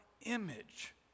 image